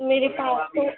मेरे पास तो